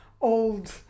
old